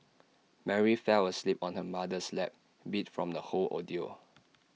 Mary fell asleep on her mother's lap beat from the whole ordeal